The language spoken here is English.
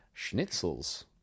schnitzels